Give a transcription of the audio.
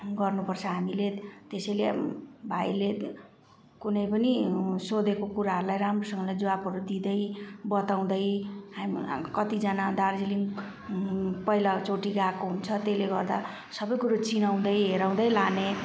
गर्नुपर्छ हामीले त्यसैले भाइले कुनै पनि सोधेको कुराहरूलाई राम्रोसँगले जवाबहरू दिँदै बताउँदै हामी कतिजना दार्जिलिङ पहिलोचोटि गएको हुन्छ त्यसले गर्दा सबै कुरो चिनाउँदै हेराउँदै लाने